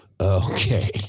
okay